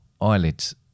eyelids